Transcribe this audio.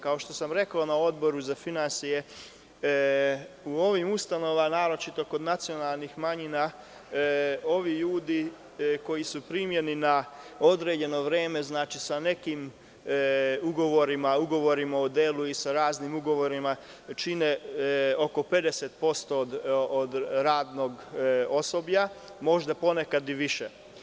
Kao što sam rekao na Odboru za finansije, u ovim ustanovama, naročito kod nacionalnih manjina, ovi ljudi koji su primljeni na određeno vreme, sa nekim ugovorima o delu i sa raznim ugovorima, čine oko 50% od radnog osoblja, možda ponekad i više.